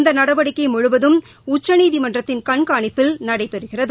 இந்த நடவடிக்கை முழுவதும் உச்சநீதிமன்றத்தின் கண்காணிப்பில் நடைபெறுகிறது